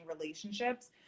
relationships